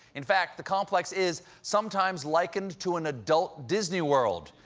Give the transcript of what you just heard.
in fact, the complex is, sometimes likened to an adult disney world.